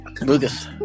Lucas